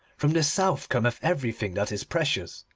from the south cometh everything that is precious.